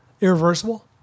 Irreversible